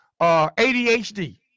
ADHD